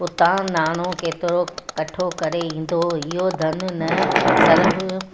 उतां नाणो केतिरो कठो करे ईंदो इहो धन न सरफ